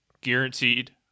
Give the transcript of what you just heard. guaranteed